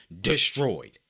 destroyed